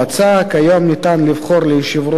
כיום ניתן לבחור ליושב-ראש מועצת